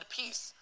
peace